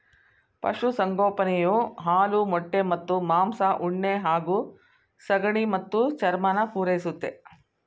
ಪಶುಸಂಗೋಪನೆಯು ಹಾಲು ಮೊಟ್ಟೆ ಮತ್ತು ಮಾಂಸ ಉಣ್ಣೆ ಹಾಗೂ ಸಗಣಿ ಮತ್ತು ಚರ್ಮನ ಪೂರೈಸುತ್ತೆ